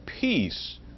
peace